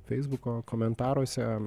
feisbuko komentaruose